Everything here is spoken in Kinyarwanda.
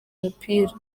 mupira